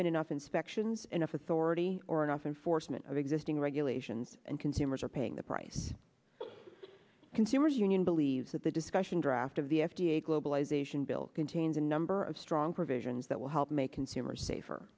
been enough inspections enough authority or and often foresman of existing regulations and consumers are paying the price consumers union believes that the discussion draft of the f d a globalization bill contains a number of strong provisions that will help make consumers safer